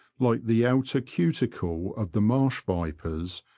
like the outer cuticle of the marsh vipers,